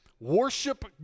worship